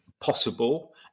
possible